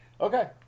Okay